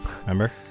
Remember